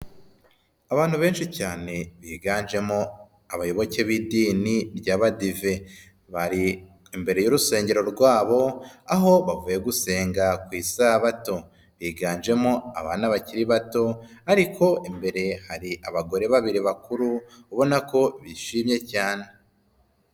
Abantu benshi cyane biganjemo abayoboke b'idini ry'Abadive bari imbere y'urusengero rwabo aho bavuye gusenga ku isabato, biganjemo abana bakiri bato ariko imbere hari abagore babiri bakuru ubona ko bishimye cyane.